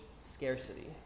scarcity